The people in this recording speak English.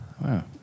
Wow